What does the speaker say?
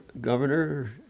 governor